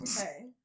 Okay